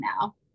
now